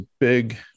big